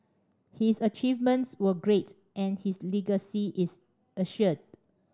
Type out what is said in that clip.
his achievements were great and his is assured